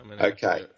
Okay